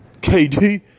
KD